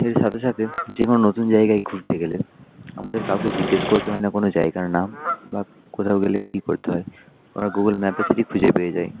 এর সাথে সাথে যে কোন নতুন জায়গায় ঘুরতে গেলে আমাদের কাউকে জিজ্ঞেস করতে হয় না কোন জায়গার নাম বা কোথাও গেলে কী করতে হয় আমরা গুগুল ম্যাপের সাহায্যেই খুঁজে পেয়ে যাই